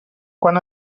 quan